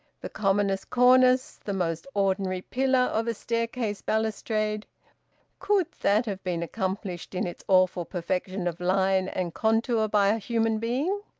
the commonest cornice, the most ordinary pillar of a staircase-balustrade could that have been accomplished in its awful perfection of line and contour by a human being?